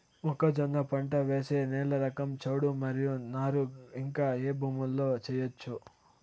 మొక్కజొన్న పంట వేసే నేల రకం చౌడు మరియు నారు ఇంకా ఏ భూముల్లో చేయొచ్చు?